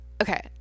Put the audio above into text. okay